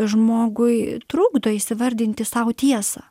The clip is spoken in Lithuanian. žmogui trukdo įsivardinti sau tiesą